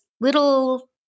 little